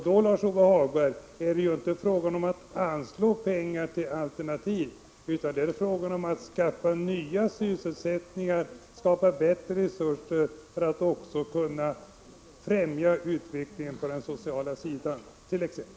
Då, Lars-Ove Hagberg, är det inte fråga om att anslå pengar till alternativ, utan då är det fråga om att skaffa nya sysselsättningar och skapa bättre resurser för att också kunna främja utvecklingen på t.ex. den sociala sidan.